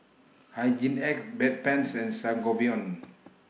Hygin X Bedpans and Sangobion